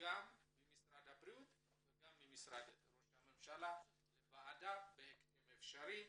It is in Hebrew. גם ממשרד הבריאות וגם ממשרד ראש הממשלה בהקדם האפשרי.